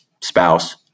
spouse